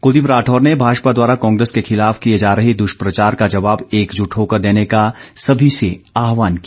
कुलदीप राठौर ने भाजपा द्वारा कांग्रेस के खिलाफ किए जा रहे दुष्प्रचार का जवाब एकजुट होकर देने का सभी से आहवान किया